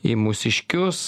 į mūsiškius